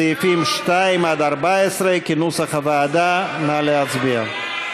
סעיפים 2 14, כנוסח הוועדה, נא להצביע.